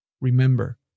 Remember